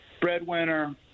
Breadwinner